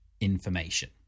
information